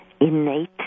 Innate